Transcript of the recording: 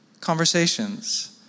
conversations